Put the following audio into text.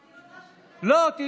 אני רוצה שהוא